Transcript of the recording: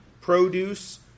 produce